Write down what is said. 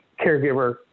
caregiver